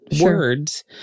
words